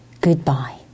Goodbye